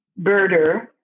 birder